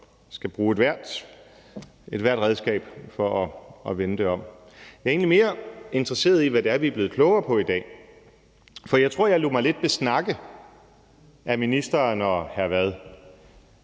Jeg er egentlig mere interesseret i, hvad det er, vi blevet klogere på i dag, for jeg tror, jeg lod mig besnakke af ministeren og hr. Frederik